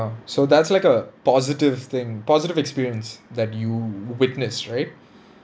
oh so that's like a positive thing positive experience that you witnessed right